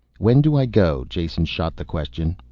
when do i go? jason shot the question.